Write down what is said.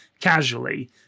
casually